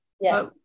Yes